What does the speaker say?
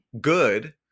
good